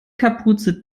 kapuze